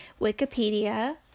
Wikipedia